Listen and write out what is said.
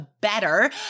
better